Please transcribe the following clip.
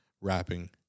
rapping